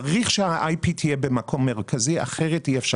צריך שה-IP יהיה במקום מרכזי כי אחרת אי אפשר לעבוד.